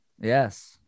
Yes